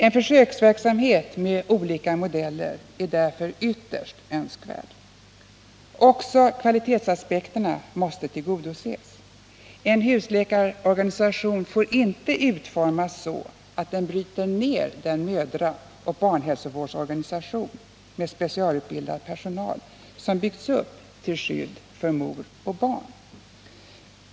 En försöksverksamhet med olika modeller är därför ytterst önskvärd. Också kvalitetsaspekterna måste tillgodoses. En husläkarorganisation får inte utformas så att den bryter ned den mödraoch barnhälsovårdsorganisation med specialutbildad personal som byggts upp till skydd för mor och barn.